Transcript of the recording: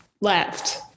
left